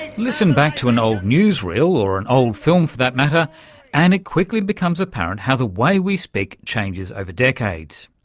listen back to an old newsreel or an old film for that matter and it quickly becomes apparent how the way we speak changes over decades.